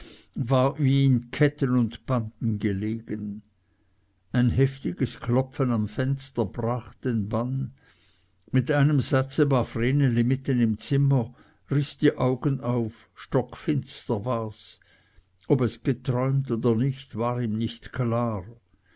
war wie in ketten und banden gelegen ein heftiges klopfen am fenster brach den bann mit einem satze war vreneli mitten im zimmer riß die augen auf stockfinster wars ob es geträumt oder nicht war ihm nicht klar